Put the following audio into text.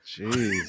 Jeez